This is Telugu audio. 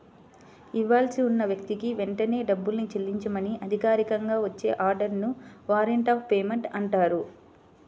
ఇవ్వాల్సి ఉన్న వ్యక్తికి వెంటనే డబ్బుని చెల్లించమని అధికారికంగా వచ్చే ఆర్డర్ ని వారెంట్ ఆఫ్ పేమెంట్ అంటారు